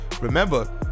remember